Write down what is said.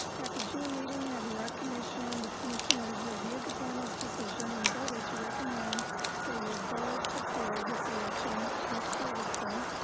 at the june meeting of the art commission, the commissioners reviewed the panel's decision and voted to recommend that your board approve the selection of miss davidson